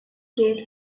cake